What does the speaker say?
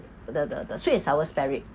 the the the sweet and sour spare rib